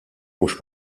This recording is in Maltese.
mhux